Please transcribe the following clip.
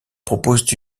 propose